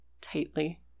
tightly